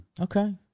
Okay